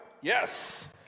Yes